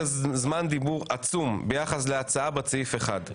זמן דיבור עצום ביחס להצעה בת סעיף אחד.